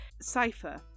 cipher